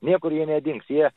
niekur jie nedings jie